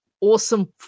awesome